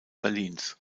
berlins